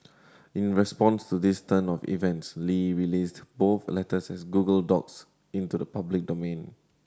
in response to this turn of events Li released both letters as Google Docs into the public domain